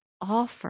offer